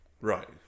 Right